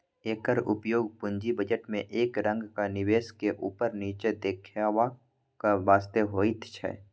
एकर उपयोग पूंजी बजट में एक रंगक निवेश के ऊपर नीचा देखेबाक वास्ते होइत छै